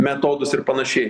metodus ir panašiai